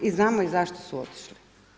I znamo i zašto su otišli.